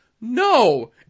no